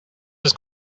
this